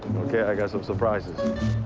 okay. i got some surprises.